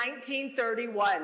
1931